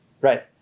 Right